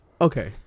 Okay